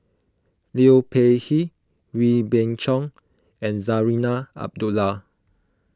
Liu Peihe Wee Beng Chong and Zarinah Abdullah